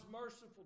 merciful